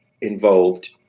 involved